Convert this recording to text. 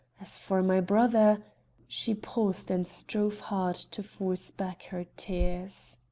as for my brother she paused and strove hard to force back her tears.